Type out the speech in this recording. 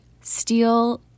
steel